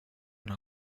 una